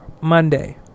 Monday